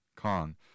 Kong